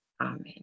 amen